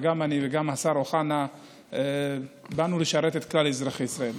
גם אני וגם השר אוחנה באנו לשרת את כלל אזרחי ישראל.